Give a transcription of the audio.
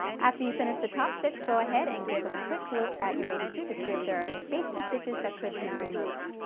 after you finish the top stitch go ahead and give a quick look at your bathing suit to see if there are any basting stitches that could be removed.